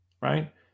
right